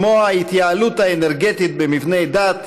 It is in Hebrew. כמו ההתייעלות האנרגטית במבני דת,